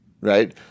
right